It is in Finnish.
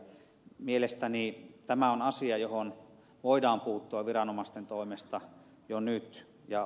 mielestäni tämä on asia johon voidaan puuttua viranomaisten toimesta jo nyt